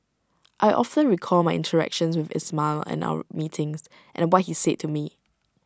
I often recall my interactions with Ismail and our meetings and what he said to me